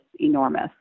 enormous